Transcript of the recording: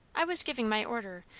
i was giving my order,